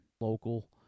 local